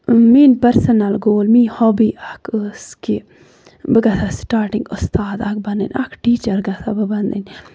میٲنۍ personal goal میٲنۍ hobby اکھ ٲسۍ کہِ بہٕ کرٕ ہا سٹارٹِنگ اُستاد اکھ بَنٕنۍ اکھ ٹیٖچر گژھ ہا بہٕ بَنٕنۍ